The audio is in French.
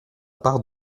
part